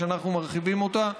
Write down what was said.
שאנחנו מרחיבים אותה,